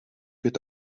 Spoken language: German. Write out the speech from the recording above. wird